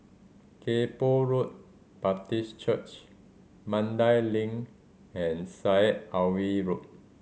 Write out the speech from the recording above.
Kay Poh Road Baptist Church Mandai Link and Syed Alwi Road